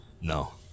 no